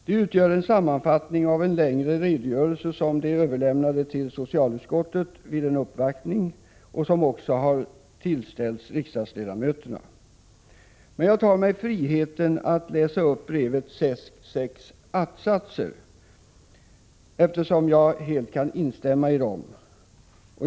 Det utgör en sammanfattning av en längre redogörelse som de överlämnade till socialutskottet vid en uppvaktning och som också tillställts riksdagsledamöterna. Jag tar mig friheten att läsa upp brevets sex att-satser, eftersom jag helt kan instämma i dem.